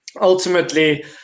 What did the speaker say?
Ultimately